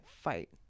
fight